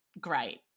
great